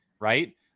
Right